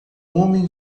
homem